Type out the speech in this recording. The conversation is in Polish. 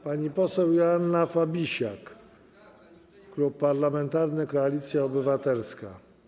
Pani poseł Joanna Fabisiak, Klub Parlamentarny Koalicja Obywatelska.